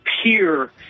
appear